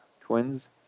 Twins